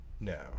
No